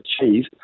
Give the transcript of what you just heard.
achieve